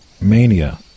mania